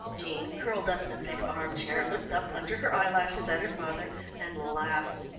jean, curled up in a big arm-chair, looked up under her eyelashes at her father and laughed.